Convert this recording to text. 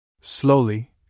Slowly